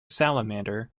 salamander